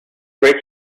great